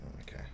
Okay